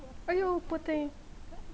!aiyo! poor thing